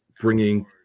bringing